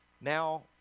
Now